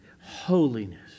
holiness